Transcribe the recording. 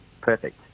Perfect